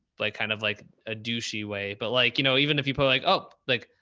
like kind of like a douchey way, but like, you know, even if you put like, oh, like,